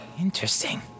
Interesting